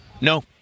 No